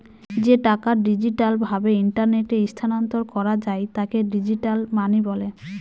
যে টাকা ডিজিটাল ভাবে ইন্টারনেটে স্থানান্তর করা যায় তাকে ডিজিটাল মানি বলে